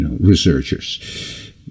researchers